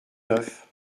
neuf